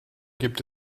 gibt